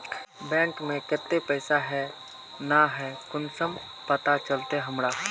Bank में केते पैसा है ना है कुंसम पता चलते हमरा?